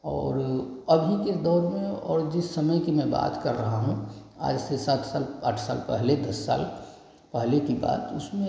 और अभी के दौर में और जिस समय की मैं बात कर रहा हूँ आज से सात साल आठ साल पहले दस साल पहले की बात उसमें